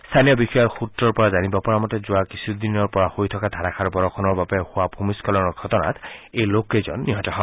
স্থানীয় বিষয়াৰ সূত্ৰৰ পৰা জানিব পৰা মতে যোৱা কিছুদিনৰ পৰা হৈ থকা ধাৰাসাৰ বৰষণৰ বাবে হোৱা ভূমিস্থলনৰ ঘটনাত এই লোককেইজন নিহত হয়